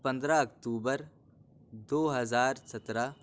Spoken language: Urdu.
پندرہ اکتوبر دو ہزار سترہ